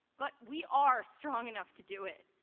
but we are strong enough to do it.